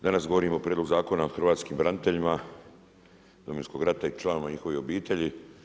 Danas govorimo o Prijedlogu zakona o hrvatskim braniteljima Domovinskog rata i članovima njihovih obitelji.